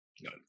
No